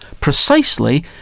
Precisely